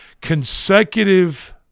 consecutive